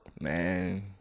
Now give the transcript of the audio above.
Man